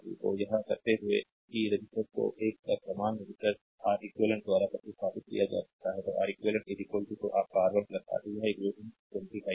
तो यह कहते हुए कि रेसिस्टर्स को एक समान रेसिस्टर्स R eq द्वारा प्रतिस्थापित किया जा सकता है तो R eq तो आप का R1 R2 यह इक्वेशन 25 है